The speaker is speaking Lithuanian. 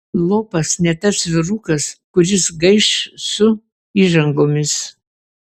lopas ne tas vyrukas kuris gaiš su įžangomis